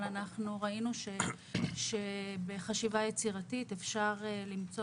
אבל אנחנו ראינו שבחשיבה יצירתית אפשר למצוא